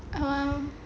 um